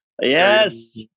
Yes